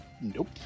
Nope